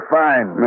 fine